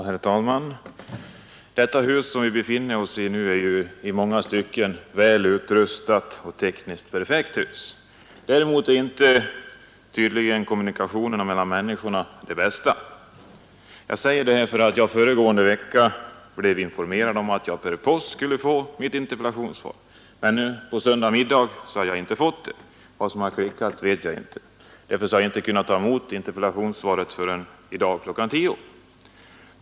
Herr talman! Det hus som vi befinner oss i nu är i många stycken välutrustat och tekniskt perfekt. Däremot är tydligen kommunikationerna mellan människorna inte de bästa. Jag säger detta därför att jag förra veckan blev informerad om att jag skulle få mitt interpellationssvar per post, men ännu på söndagsmiddagen hade jag inte fått det. Vad som svaret förrän i dag kl. 10.